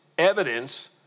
Evidence